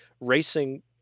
racing